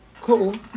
Cool